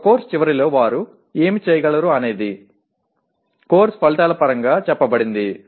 ఒక కోర్సు చివరిలో వారు ఏమి చేయగలరు అనేది కోర్సు ఫలితాల పరంగా చెప్పబడింది